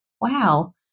wow